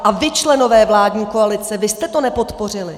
A vy, členové vládní koalice, vy jste to nepodpořili!